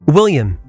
William